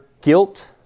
guilt